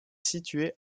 situé